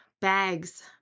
bags